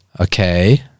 okay